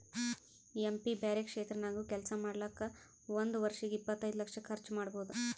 M P ಬ್ಯಾರೆ ಕ್ಷೇತ್ರ ನಾಗ್ನು ಕೆಲ್ಸಾ ಮಾಡ್ಲಾಕ್ ಒಂದ್ ವರ್ಷಿಗ್ ಇಪ್ಪತೈದು ಲಕ್ಷ ಕರ್ಚ್ ಮಾಡ್ಬೋದ್